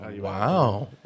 Wow